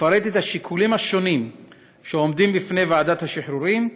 מפרט את השיקולים השונים שעומדים בפני ועדת השחרורים,